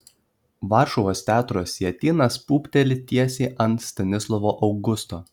varšuvos teatro sietynas pūpteli tiesiai ant stanislovo augusto